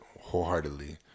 wholeheartedly